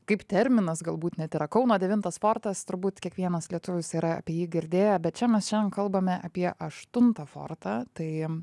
kaip terminas galbūt net yra kauno devintas fortas turbūt kiekvienas lietuvis yra apie jį girdėję bet čia mes šiandien kalbame apie aštuntą fortą tai